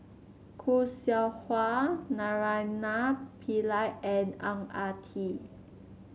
Khoo Seow Hwa Naraina Pillai and Ang Ah Tee